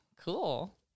cool